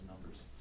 numbers